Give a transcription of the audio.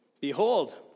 Behold